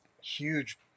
huge